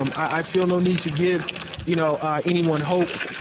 um i feel no need to give you know anyone hope.